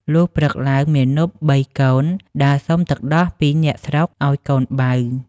លុះព្រឹកឡើងមាណពបីកូនដើរសុំទឹកដោះពីអ្នកស្រុកឲ្យកូនបៅ។